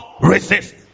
resist